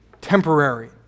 temporary